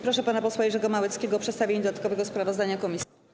Proszę pana posła Jerzego Małeckiego o przedstawienie dodatkowego sprawozdania komisji.